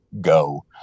go